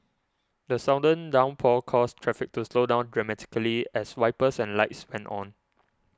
the sudden downpour caused traffic to slow down dramatically as wipers and lights went on